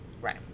Right